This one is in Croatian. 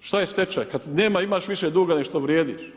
šta je stečaj, kada nema, imaš više duga nego što vrijediš.